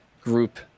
group